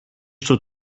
στο